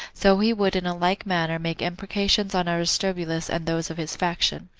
so he would in like manner make imprecations on aristobulus and those of his faction.